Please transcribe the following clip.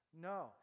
No